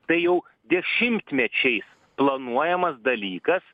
tai jau dešimtmečiais planuojamas dalykas